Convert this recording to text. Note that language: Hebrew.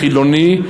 חילוני,